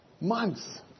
months